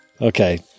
Okay